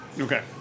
Okay